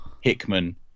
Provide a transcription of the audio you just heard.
Hickman